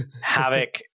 Havoc